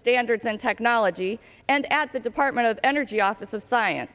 standards and technology and at the department of energy office of science